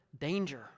danger